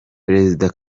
perezida